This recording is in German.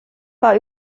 war